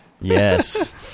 Yes